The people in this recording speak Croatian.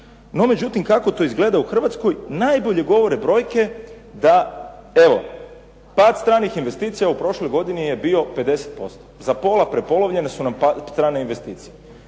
No međutim kako to izgleda u Hrvatskoj najbolje govore brojke da. Evo par stranih investicija u prošloj godini je bio 50%. Za pola prepolovljene su nam strane investicije.